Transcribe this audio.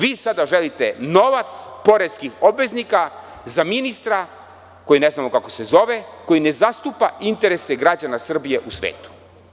Vi sada želite novac poreskih obveznika za ministra koji ne znamo kako se zove, koji ne zastupa interese građana Srbije u svetu.